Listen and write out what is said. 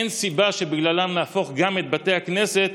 אין סיבה שבגללם נהפוך גם את בתי הכנסת